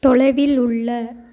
தொலைவில் உள்ள